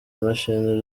imashini